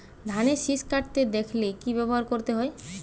ধানের শিষ কাটতে দেখালে কি ব্যবহার করতে হয়?